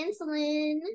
insulin